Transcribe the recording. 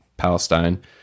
Palestine